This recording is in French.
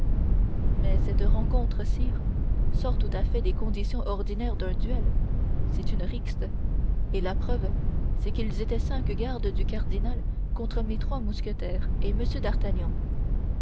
mais cette rencontre sire sort tout à fait des conditions ordinaires d'un duel c'est une rixe et la preuve c'est qu'ils étaient cinq gardes du cardinal contre mes trois mousquetaires et